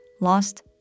lost